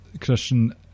Christian